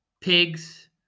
pigs